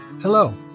Hello